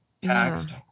taxed